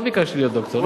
לא ביקשתי להיות דוקטור.